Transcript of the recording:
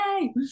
Yay